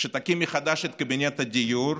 שתקים מחדש את קבינט הדיור,